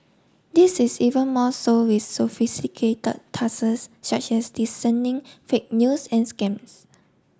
this is even more so with sophisticated tasks such as discerning fake news and scams